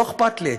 לא אכפת לי,